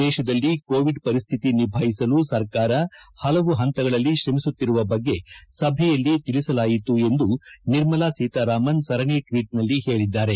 ದೇತದಲ್ಲಿ ಕೋವಿಡ್ ಪರಿಸ್ಥಿತಿ ನಿಭಾಯಿಸಲು ಸರ್ಕಾರ ಪಲವು ಪಂತಗಳಲ್ಲಿ ಕ್ರಮಿಸುತ್ತಿರುವ ಬಗ್ಗೆ ಸಭೆಯಲ್ಲಿ ತಿಳಿಸಿಲಾಯಿತು ಎಂದು ನಿರ್ಮಲಾ ಸೀತಾರಾಮನ್ ಸರಣಿ ಟ್ವೀಟ್ನಲ್ಲಿ ಹೇಳಿದ್ದಾರೆ